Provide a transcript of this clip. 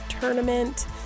tournament